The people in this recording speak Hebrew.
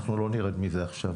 אנחנו לא נרד מזה עכשיו.